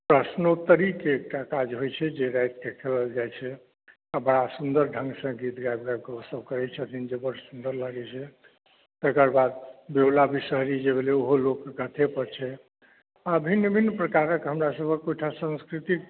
प्रश्नोत्तरीक एकटा काज होइत छै जे रातिक खेलल जाइत छै आ बड़ा सुन्दर ढङ्गसँ गीत गाबि गाबि कऽ ओसभ करै छथिन जे बड़ सुन्दर लागैत छै एकर बाद बिहुला विषहरी जे भेलै ओहो लोकगाथे पर छै आ भिन्न भिन्न प्रकारक हमरासभ ओहिठमा सांस्कृतिक